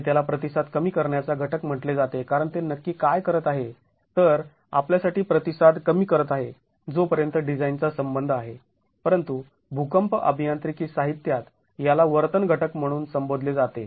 आणि त्याला प्रतिसाद कमी करण्याचा घटक म्हंटले जाते कारण ते नक्की काय करत आहे तर आपल्यासाठी प्रतिसाद कमी करत आहे जोपर्यंत डिझाईनचा संबंध आहे परंतु भूकंप अभियांत्रिकी साहित्यात याला वर्तन घटक म्हणून संबोधले जाते